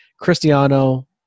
Cristiano